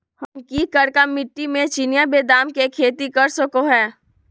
हम की करका मिट्टी में चिनिया बेदाम के खेती कर सको है?